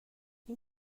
این